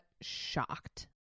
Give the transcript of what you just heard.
shocked